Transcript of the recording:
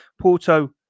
Porto